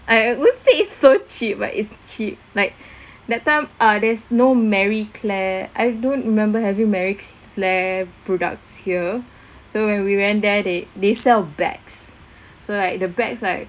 I I won't say is so cheap but is cheap like that time uh there's no marie claire I don't remember having marie claire products here so when we went there they they sell bags so like the bags like